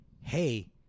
hey